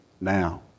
now